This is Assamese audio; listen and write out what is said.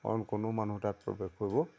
কাৰণ কোনো মানুহ তাত প্ৰৱেশ কৰিব